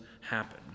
happen